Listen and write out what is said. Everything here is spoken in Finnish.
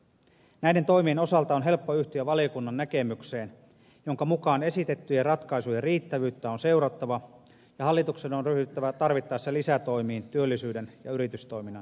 näiden toimien osalta on helppo yhtyä valiokunnan näkemykseen jonka mukaan esitettyjen ratkaisujen riittävyyttä on seurattava ja hallituksen on ryhdyttävä tarvittaessa lisätoimiin työllisyyden ja yritystoiminnan tukemiseksi